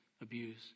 abuse